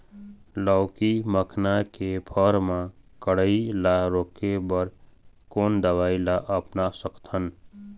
लाउकी मखना के फर मा कढ़ाई ला रोके बर कोन दवई ला अपना सकथन?